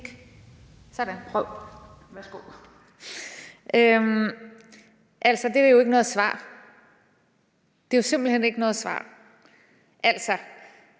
Det er jo ikke noget svar. Det er simpelt hen ikke noget svar.